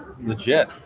legit